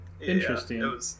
interesting